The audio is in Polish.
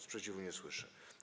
Sprzeciwu nie słyszę.